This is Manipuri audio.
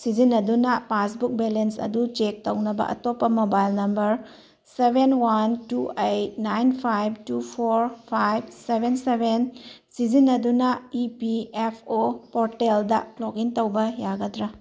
ꯁꯤꯖꯤꯟꯗꯅ ꯄꯥꯁꯕꯨꯛ ꯕꯦꯂꯦꯟꯁ ꯑꯗꯨ ꯆꯦꯛ ꯇꯧꯅꯕ ꯑꯇꯣꯞꯄ mobile number seven one two eight nine five two four five seven seven ꯁꯤꯖꯤꯟꯅꯗꯨꯅ ꯏ ꯄꯤ ꯑꯦꯐ ꯑꯣ ꯄꯣꯔꯇꯦꯜꯗ ꯂꯣꯛ ꯏꯟ ꯇꯧꯕ ꯌꯥꯒꯗ꯭ꯔꯥ